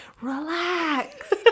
relax